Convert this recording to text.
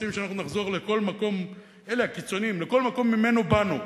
רוצים שאנחנו נחזור לכל מקום שממנו באנו.